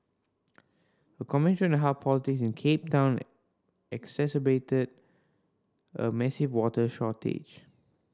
a commentary on how politics in Cape Town exacerbated a massive water shortage